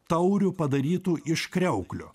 taurių padarytų iš kriauklių